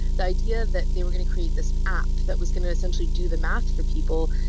the idea that they were going to create this app that was going to essentially do the math for people,